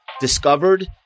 discovered